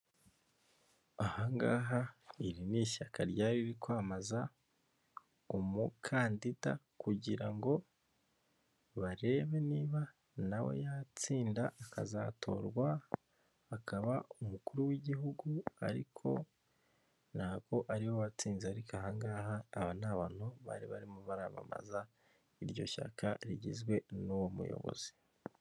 Ahangaha iri ni ishyaka ryari riri kwamamaza umukandida kugira ngo barebe niba nawe yatsinda akazatorwa akaba umukuru w'igihugu, ariko ntabwo ariwe watsinze ariko ahangaha aba ni abantu bari barimo baramamaza iryo shyaka rigizwe n'uwo muyobozi.